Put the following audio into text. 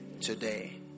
today